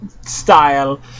style